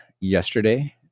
yesterday